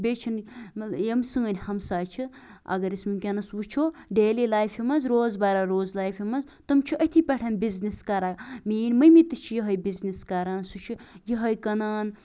بیٚیہِ چھَنہٕ یِم سٲنٛۍ ہَمساے چھِ اَگَر أسۍ وُنکیٚنَس وُچھو ڈیلی لایفہِ مَنٛز روز بَرا روز لایفہِ مَنٛز تِم چھِ أتھی پیٚٹھ بِزنِس کَران میٛٲنٛۍ ممی تہِ چھِ یِہَے بِزنِس کَران سُہ چھُ یِہَے کٕنان